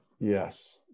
Yes